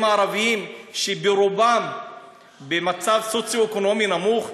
הערביים שרובם במצב סוציו-אקונומי נמוך,